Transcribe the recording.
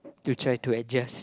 to try to adjust